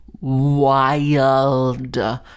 wild